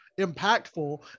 impactful